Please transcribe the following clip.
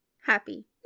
Happy